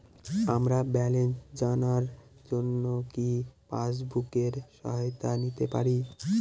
আমার ব্যালেন্স জানার জন্য কি পাসবুকের সহায়তা নিতে পারি?